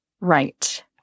right